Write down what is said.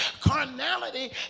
carnality